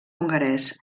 hongarès